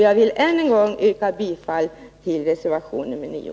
Jag vill än en gång yrka bifall till reservation nr 9.